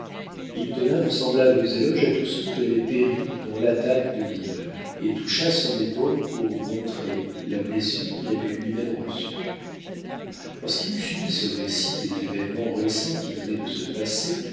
il donna de semblables éloges à tous ceux qui avaient péri dans l'attaque de l'île et toucha son épaule pour montrer la blessure qu'il avait lui-même reçue lorsqu'il eut fini ce récit des événements récents qui venaient de se passer